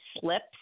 slips